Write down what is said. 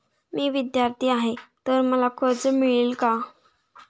मी विद्यार्थी आहे तर मला कर्ज मिळेल का?